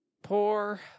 Poor